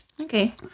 Okay